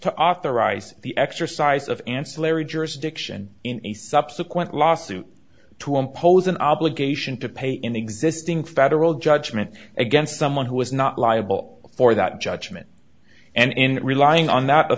to authorize the exercise of ancillary jurisdiction in a subsequent lawsuit to impose an obligation to pay in existing federal judgment against someone who was not liable for that judgment and relying on that